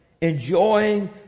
Enjoying